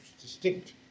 distinct